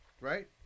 Right